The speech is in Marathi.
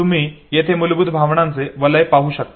तुम्ही येथे मूलभूत भावनांचे वलय पाहू शकता